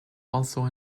also